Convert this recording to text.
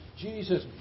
Jesus